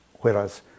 Whereas